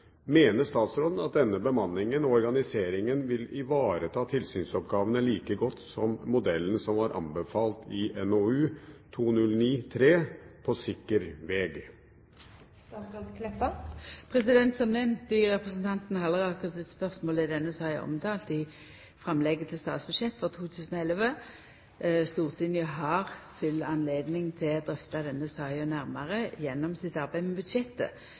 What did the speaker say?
Mener statsråden at denne bemanningen og organiseringen vil ivareta tilsynsoppgavene like godt som modellen som var anbefalt i NOU 2009:3 På sikker veg?» Som nemnt i representanten Halleraker sitt spørsmål er denne saka omtala i framlegget til statsbudsjett for 2011. Stortinget har fullt høve til å drøfta denne saka nærmare gjennom sitt arbeid med budsjettet.